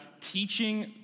teaching